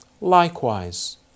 Likewise